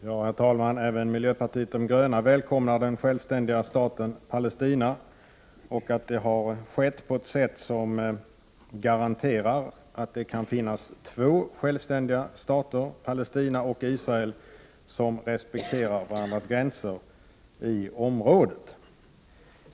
Herr talman! Även miljöpartiet de gröna välkomnar den självständiga staten Palestina. Miljöpartiet välkomnar också att detta har skett på ett sätt som garanterar att det kan finnas två självständiga stater, Palestina och Israel, som respekterar varandras gränser i området.